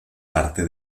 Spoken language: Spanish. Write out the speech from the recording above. parte